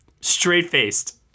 straight-faced